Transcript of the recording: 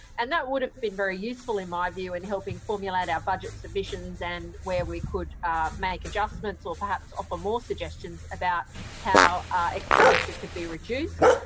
and that would have been very useful in my view in helping formulate our budget submissions and where we could make adjustments or perhaps offer more suggestions about how expenditure could be reduced.